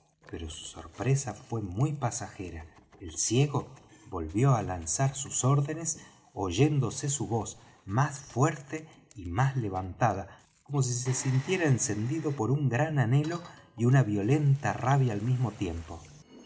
pero su sorpresa fué muy pasajera el ciego volvió á lanzar sus órdenes oyéndose su voz más fuerte y más levantada como si se sintiera encendido por un grande anhelo y una violenta rabia al mismo tiempo